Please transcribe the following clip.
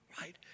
right